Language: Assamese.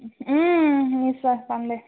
নিশ্চয় যাম দে